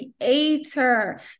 creator